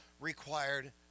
required